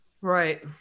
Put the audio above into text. Right